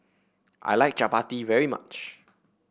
I like Chapati very much